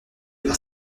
par